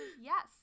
yes